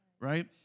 right